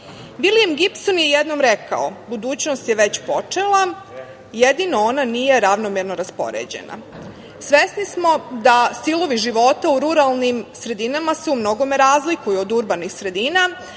Gibson je jednom rekao - budućnost je već počela, jedino ona nije ravnomerno raspoređena. Svesni smo da stilovi života u ruralnim sredinama se u mnogome razlikuju od urbanih sredina,